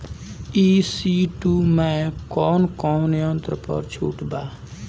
ई.सी two मै कौने कौने यंत्र पर छुट बा?